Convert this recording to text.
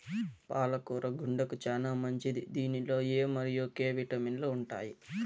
పాల కూర గుండెకు చానా మంచిది దీనిలో ఎ మరియు కే విటమిన్లు ఉంటాయి